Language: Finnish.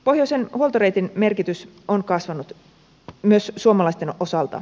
pohjoisen huoltoreitin merkitys on kasvanut myös suomalaisten osalta